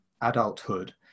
adulthood